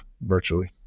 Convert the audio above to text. virtually